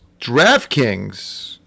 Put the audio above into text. DraftKings